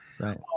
Right